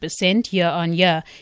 year-on-year